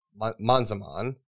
Manzaman